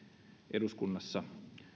eduskunnassa